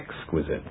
Exquisite